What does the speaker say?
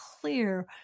clear